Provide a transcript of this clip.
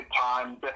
time